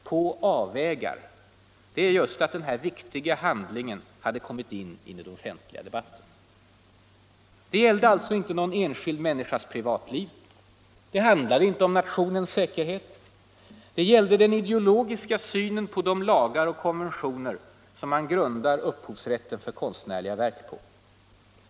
”På avvägar” — det var just att denna viktiga handling hade kommit in i den offentliga debatten. Den gällde alltså inte någon enskild människas privatliv. Den handlade inte om nationens säkerhet. Den gällde den ideologiska synen på de lagar och konventioner som man grundar upphovsrätten för konstnärliga verk på.